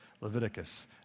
Leviticus